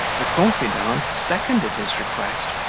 the confidante seconded his request,